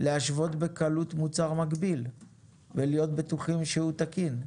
להשוות בקלות מוצר מקביל ולהיות בטוחים שהוא תקין.